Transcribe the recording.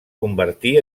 convertí